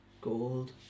gold